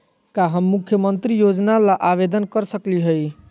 का हम मुख्यमंत्री योजना ला आवेदन कर सकली हई?